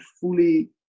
fully